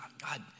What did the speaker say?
God